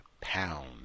pound